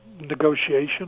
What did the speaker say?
negotiation